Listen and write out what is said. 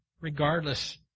regardless